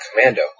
Commando